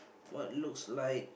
what looks like